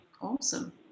Awesome